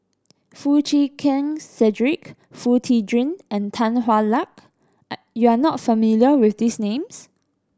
Foo Chee Keng Cedric Foo Tee Jun and Tan Hwa Luck are you are not familiar with these names